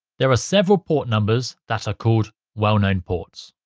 there are several port numbers that are called well-known ports.